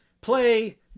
play